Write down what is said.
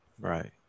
right